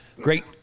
Great